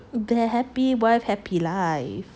they are happy wife happy life